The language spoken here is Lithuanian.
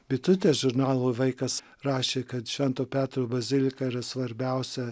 bitutės žurnalui vaikas rašė kad švento petro bazilika yra svarbiausia